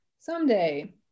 Someday